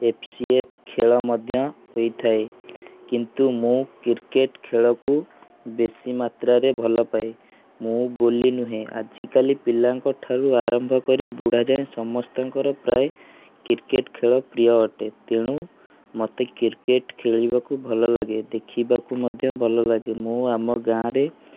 F C F ଖେଳ ମଧ୍ୟ ହୋଇଥାଏ କିନ୍ତୁ ମୁଁ କ୍ରିକେଟ୍ ଖେଳକୁ ବେଶୀ ମାତ୍ରାରେ ଭଲ ପାଏ ମୁଁ ବୋଲି ନୁହେଁ ଆଜିକାଲି ପିଲା ଠାରୁ ଆରମ୍ଭ କରି ବୁଢ଼ା ଯାଏଁ ସମସ୍ତଙ୍କର ପ୍ରାୟ କ୍ରିକେଟ୍ ଖେଳ ପ୍ରିୟ ଅଟେ ତେଣୁ ମୋତେ କ୍ରିକେଟ୍ ଖେଳିବାକୁ ଭଲ ଲାଗେ ଦେଖିବାକୁ ମଧ୍ୟ ଭଲ ଲାଗେ ମୁଁ ଆମ ଗାଁରେ